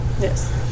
Yes